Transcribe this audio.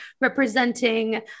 representing